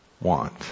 want